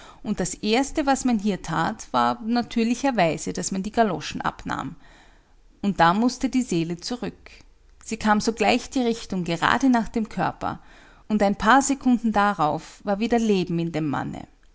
und das erste was man hier that war natürlicherweise daß man die galoschen abnahm und da mußte die seele zurück sie nahm sogleich die richtung gerade nach dem körper und ein paar sekunden darauf war wieder leben in dem manne